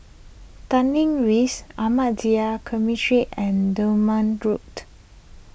Tanglin Rise Ahmadiyya Cemetery and Durban Road